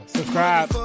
subscribe